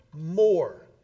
more